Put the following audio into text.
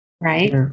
Right